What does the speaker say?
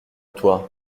toi